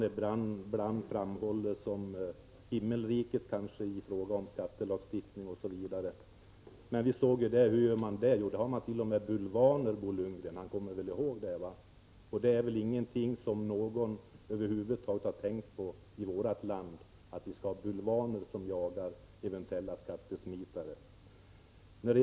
Ibland framhåller han ju USA som ett himmelrike i fråga om skattelagstiftning osv., men vi såg att man därt.o.m. har bulvaner — det kommer väl Bo Lundgren ihåg? Det är väl ingenting som någon i vårt land över huvud taget har tänkt på att vi skulle ha bulvaner som jagar eventuella skattesmitare.